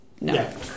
no